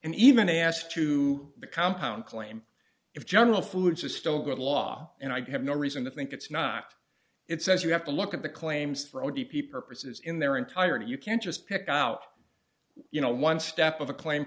and even ask to the compound claim if general foods is still good law and i have no reason to think it's not it says you have to look at the claims for odp purposes in their entirety you can't just pick out you know one step of a claim